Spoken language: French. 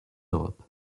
europe